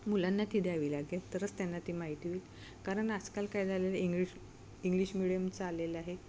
मुलांना ती द्यावी लागेल तरच त्यांना ती माहिती होईल कारण आजकाल काय झालेलं इंग्लिश इंग्लिश मिडियमचा आलेला आहे